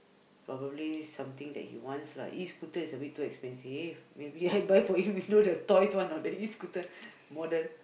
probably something that he wants lah E-scooter is a bit too expensive maybe I buy for him you know the toys one ah the E-scooter model